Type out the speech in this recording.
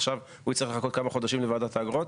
עכשיו הוא יצטרך לחכות כמה חודשים לוועדת אגרות?